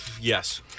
yes